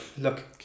Look